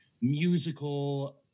musical